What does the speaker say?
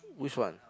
which one